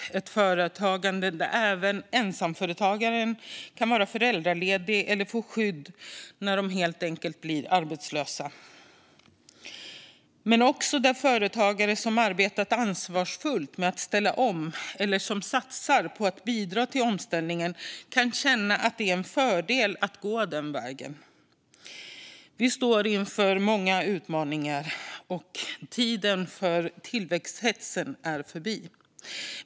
Det är ett företagande där även ensamföretagare kan vara föräldralediga eller få skydd när de blir arbetslösa. Men det är också ett företagande där företagare som arbetat ansvarsfullt med att ställa om, eller som satsar på att bidra till omställningen, kan känna att det är en fördel att gå den vägen. Vi står inför många utmaningar, och tiden för tillväxthetsen är förbi.